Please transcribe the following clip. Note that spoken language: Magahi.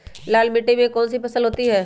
लाल मिट्टी में कौन सी फसल होती हैं?